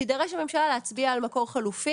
תידרש הממשלה להצביע על מקור חלופי.